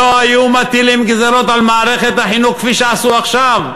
לא היו מטילים גזירות על מערכת החינוך כפי שעשו עכשיו,